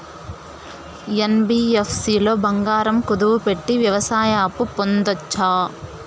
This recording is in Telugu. యన్.బి.యఫ్.సి లో బంగారం కుదువు పెట్టి వ్యవసాయ అప్పు పొందొచ్చా?